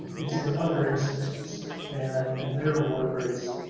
it's in other institutes, and and their award rates